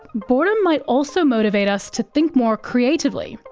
boredom might also motivate us to think more creatively.